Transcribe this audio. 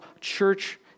church